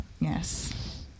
Yes